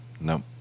No